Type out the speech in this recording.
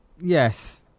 Yes